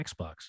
Xbox